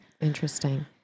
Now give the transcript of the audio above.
Interesting